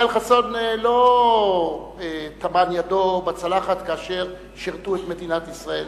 ישראל חסון לא טמן ידו בצלחת כאשר שירתו את מדינת ישראל.